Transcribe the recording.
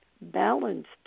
balanced